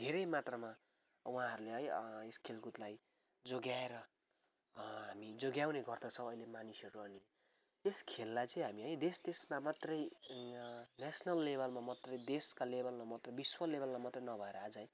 धेरै मात्रामा उहाँहरूले है यस खेलकुदलाई जोगाएर हामी जोगाउने गर्दछौँ अहिले मानिसहरू अनि यस खेललाई चाहिँ हामी देश देशमा मात्रै नेशनल लेभलमा मात्रै देशका लेभलमा मात्रै विश्व लेभलमा मात्रै नभएर आज है